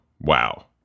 wow